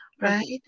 right